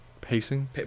Pacing